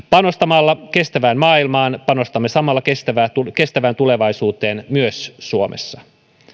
panostamalla kestävään maailmaan panostamme samalla kestävään tulevaisuuteen myös suomessa